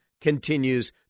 continues